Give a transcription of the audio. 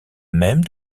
même